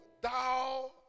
thou